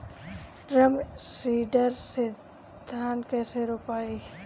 Drum seeder से धान कैसे रोपाई?